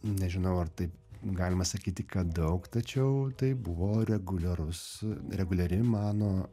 nežinau ar taip galima sakyti kad daug tačiau tai buvo reguliarus reguliari mano